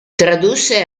tradusse